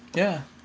ya